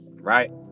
right